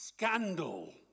Scandal